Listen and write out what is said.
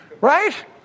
right